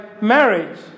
marriage